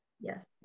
Yes